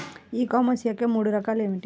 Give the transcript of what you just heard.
ఈ కామర్స్ యొక్క మూడు రకాలు ఏమిటి?